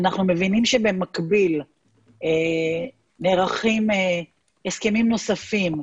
אנחנו מבינים שבמקביל נערכים הסכמים נוספים.